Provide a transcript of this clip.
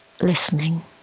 listening